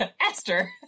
Esther